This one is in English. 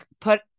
put